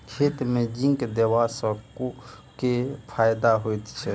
खेत मे जिंक देबा सँ केँ फायदा होइ छैय?